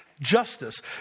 justice